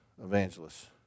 Evangelists